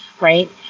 right